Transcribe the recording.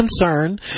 concern